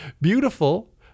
beautiful